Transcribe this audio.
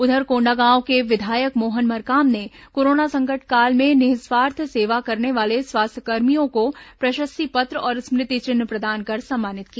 उधर कोंडागांव के विधायक मोहन मरकाम ने कोरोना संकट काल में निःस्वार्थ सेवा करने वाले स्वच्छताकर्मियों को प्रशस्ति पत्र और स्मृति चिन्ह प्रदान कर सम्मानित किया